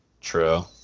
True